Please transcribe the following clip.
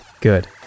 Good